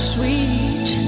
Sweet